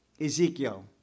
Ezekiel